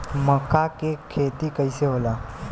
मका के खेती कइसे होला?